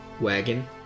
wagon